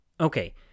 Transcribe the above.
Okay